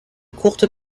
courte